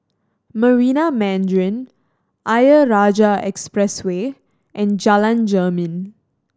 Marina Mandarin Ayer Rajah Expressway and Jalan Jermin